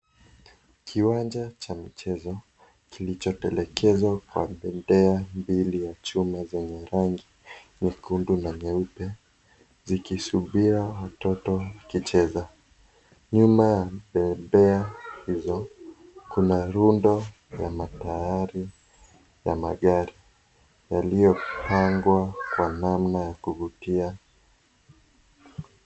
Kiwanja cha michezo kilichotelekezwa kwa bembea mbili ya chuma zenye rangi nyekundu na nyeupe zikisubiri watoto wa kucheza. Nyuma ya bembea hizo kuna rundo la matairi ya magari yaliyopangwa kwa namna ya kuvutia.